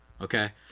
okay